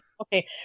Okay